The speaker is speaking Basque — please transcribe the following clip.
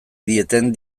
dieten